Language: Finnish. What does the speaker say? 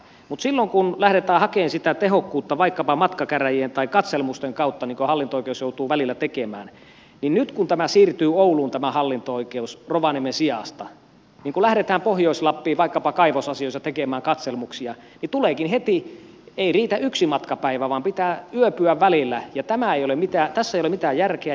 mutta silloin kun lähdetään hakemaan sitä tehokkuutta vaikkapa matkakäräjien tai katselmusten kautta niin kuin hallinto oikeus joutuu välillä tekemään niin nyt kun hallinto oikeus siirtyy ouluun rovaniemen sijasta ja lähdetään pohjois lappiin vaikkapa kaivosasioissa tekemään katselmuksia niin tuleekin heti tilanne ettei riitä yksi matkapäivä vaan pitää yöpyä välillä ja tässä ei ole mitään järkeä